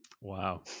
wow